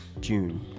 June